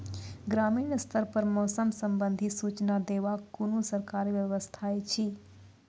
ग्रामीण स्तर पर मौसम संबंधित सूचना देवाक कुनू सरकारी व्यवस्था ऐछि?